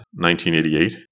1988